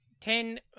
ten